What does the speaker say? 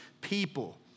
people